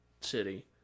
city